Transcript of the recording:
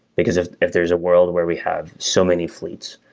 because if if there's a world where we have so many fleets,